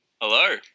Hello